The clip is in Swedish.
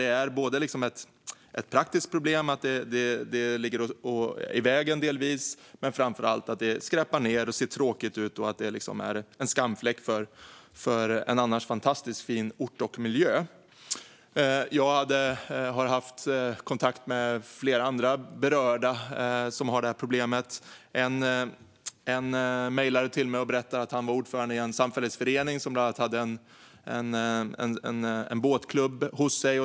Det är ett praktiskt problem att de delvis ligger i vägen, men framför allt skräpar de ned. Det ser tråkigt ut, och det är liksom en skamfläck för en annars fantastiskt fin ort och miljö. Jag har haft kontakt med flera andra som har detta problem. En mejlade till mig och berättade att han var ordförande i en samfällighetsförening som bland annat hade en båtklubb.